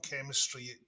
chemistry